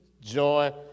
joy